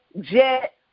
jet